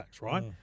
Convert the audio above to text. right